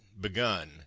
begun